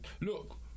Look